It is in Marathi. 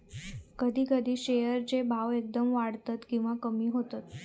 कधी कधी शेअर चे भाव एकदम वाढतत किंवा कमी होतत